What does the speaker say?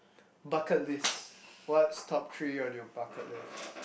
bucket list what's top three on your bucket list